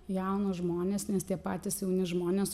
jaunus žmones nes tie patys jauni žmonės